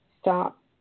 stop